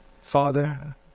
Father